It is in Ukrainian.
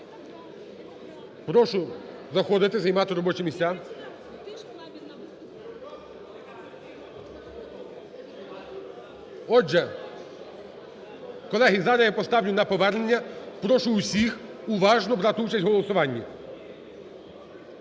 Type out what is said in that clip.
Прошу заходити, займати робочі місця. Отже, колеги, зараз я поставлю на повернення, прошу усіх уважно брати участь в голосуванні.